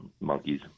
monkeys